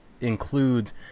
includes